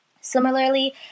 Similarly